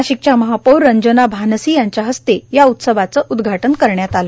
नाशिकच्या महापौर रंजना भानसी यांच्या हस्ते या उत्सवाचं उदघाटन करण्यात आलं